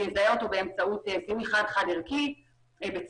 יזהה אותו באמצעות זיהוי חד חד ערכי בצמיד